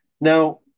now